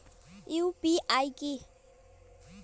UPI কি?